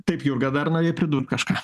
taip jurga dar norėjai pridurt kažką